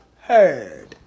heard